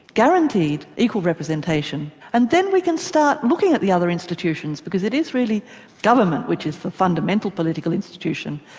guaranteed equal representation and then we can start looking at the other institutions because it is really government which is the fundamental political institution,